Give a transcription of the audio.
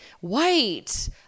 white